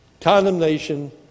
condemnation